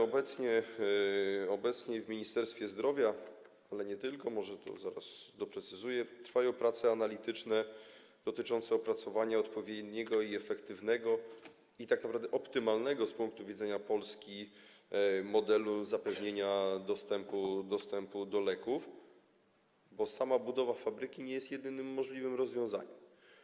Obecnie w Ministerstwie Zdrowia, ale nie tylko - może to zaraz doprecyzuję - trwają prace analityczne dotyczące opracowania odpowiedniego, efektywnego i tak naprawdę optymalnego z punktu widzenia Polski modelu zapewnienia dostępu do leków, bo sama budowa fabryki nie jest jedynym możliwym rozwiązaniem.